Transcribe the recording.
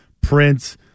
Prince